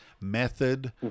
method